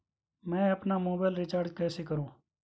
मैं अपना mobile recharge कैसे करूँ?